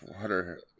water